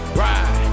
ride